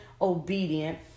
obedient